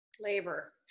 Labor